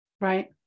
Right